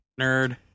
nerd